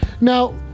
Now